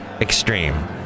Extreme